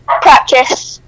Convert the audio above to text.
Practice